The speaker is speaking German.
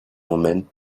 moment